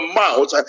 mouth